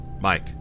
Mike